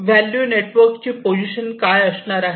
value network ची position काय असणार आहे